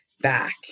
back